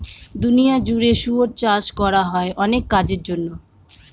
দুনিয়া জুড়ে শুয়োর চাষ করা হয় অনেক কাজের জন্য